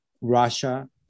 Russia